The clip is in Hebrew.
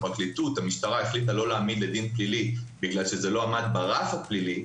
המשטרה החליטה לא להעמיד לדין פלילי כי זה לא עמד ברף הפלילי,